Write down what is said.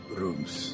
rooms